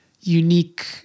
unique